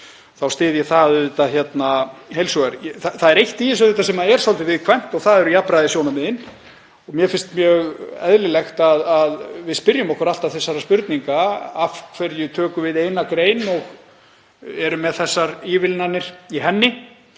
þá styð ég það auðvitað heils hugar. Það er eitt í þessu sem er svolítið viðkvæmt og það eru jafnræðissjónarmiðin. Mér finnst mjög eðlilegt að við spyrjum okkur alltaf þessarar spurningar: Af hverju tökum við eina grein og erum með slíkar ívilnanir í henni